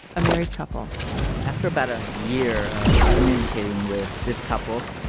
a married couple after about a year of communicating with this couple,